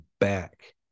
back